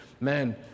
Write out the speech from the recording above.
man